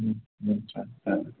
ओम आटसा ओम